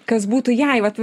kas būtų jei vat